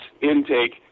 intake